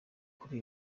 kuri